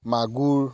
মাগুৰ